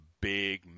big